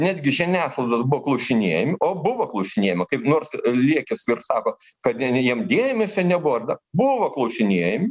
netgi žiniasklaidos buvo klausinėjami o buvo klausinėjama kaip nors liekis ir sako kad ten jiem dėmesio nebuvo ar dar buvo klausinėjami